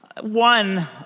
one